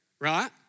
right